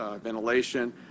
ventilation